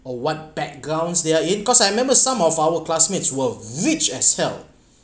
or what backgrounds they're in cause I remember some of our classmates were rich as hell